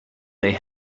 they